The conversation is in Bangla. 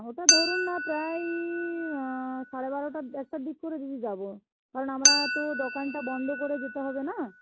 ওটা ধরুন না প্রায় সাড়ে বারোটা একটার দিক করে যাব কারণ আমরা তো দোকানটা বন্ধ করে যেতে হবে না